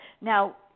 Now